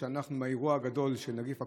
מהאירוע הגדול של נגיף הקורונה,